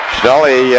Shelly